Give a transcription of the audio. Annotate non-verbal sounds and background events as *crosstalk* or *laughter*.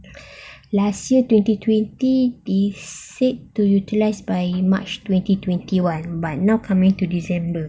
*breath* last year twenty twenty they said to utilize by march twenty twenty one but now coming to december